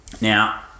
Now